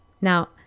Now